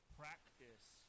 practice